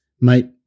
Mate